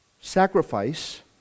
Sacrifice